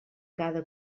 cada